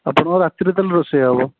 ଆପଣଙ୍କର ରାତିରେ ତା'ହେଲେ ରୋଷେଇ ହେବ